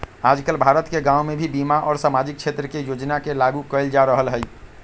आजकल भारत के गांव में भी बीमा और सामाजिक क्षेत्र के योजना के लागू कइल जा रहल हई